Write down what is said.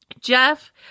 jeff